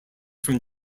from